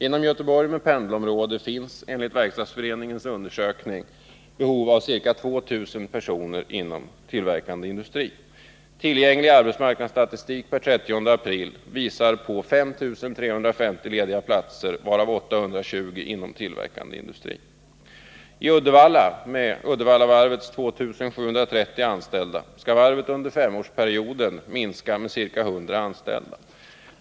Inom Göteborg med pendelområde finns enligt Verkstadsföreningens undersökning behov av ca 2 000 personer inom tillverkande industri. I Uddevalla med Uddevallavarvets 2730 anställda skall varvet under femårsperioden minska med ca 100 anställda.